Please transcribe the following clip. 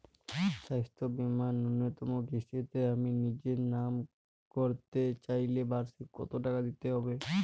স্বাস্থ্য বীমার ন্যুনতম কিস্তিতে আমি নিজের নামে করতে চাইলে বার্ষিক কত টাকা দিতে হবে?